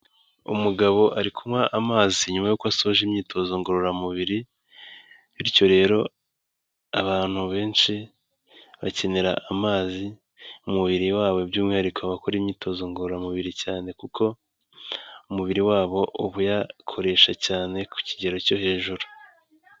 Umugabo ari kunywa amazi nyuma y'uko asoje imyitozo ngororamubiri bityo rero abantu benshi bakenera amazi, mu mubiri wabo by'umwihariko abakora imyitozo ngororamubiri cyane kuko umubiri wabo uba uyakoresha cyane ku kigero cyo hejuru.